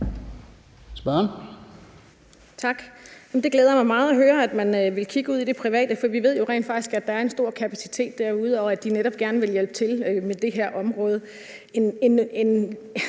(LA): Tak. Det glæder mig meget at høre, at man vil kigge ud i det private. For vi ved jo rent faktisk, at der er en stor kapacitet derude, og at de netop gerne vil hjælpe til på det her område.